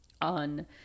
on